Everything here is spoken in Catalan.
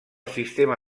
sistema